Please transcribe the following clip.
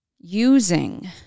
using